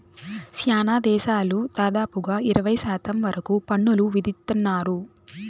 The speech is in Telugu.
శ్యానా దేశాలు దాదాపుగా ఇరవై శాతం వరకు పన్నులు విధిత్తున్నారు